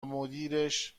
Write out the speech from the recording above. مدیرش